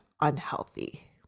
unhealthy